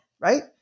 right